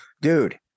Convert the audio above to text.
dude